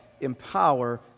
empower